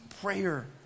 prayer